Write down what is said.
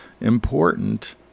important